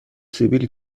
سیبیل